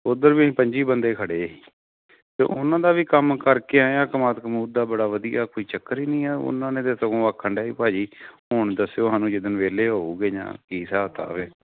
ਉੱਧਰ ਵੀ ਅਸੀਂ ਪੰਝੀ ਬੰਦੇ ਖੜ੍ਹੇ ਸੀ ਅਤੇ ਉਹਨਾਂ ਦਾ ਵੀ ਕੰਮ ਕਰਕੇ ਆਇਆ ਕਮਾਦ ਕਮੂਦ ਦਾ ਬੜਾ ਵਧੀਆ ਕੋਈ ਚੱਕਰ ਹੀ ਨਹੀਂ ਹੈ ਉਹਨਾਂ ਨੇ ਤਾਂ ਸਗੋਂ ਆਖਣ ਡਿਆਂ ਭਾਅ ਜੀ ਹੁਣ ਦੱਸਿਓ ਸਾਨੂੰ ਜਿੱਦਣ ਵਿਹਲੇ ਹੋਊਗੇ ਜਾਂ ਕੀ ਹਿਸਾਬ ਕਿਤਾਬ ਹੈ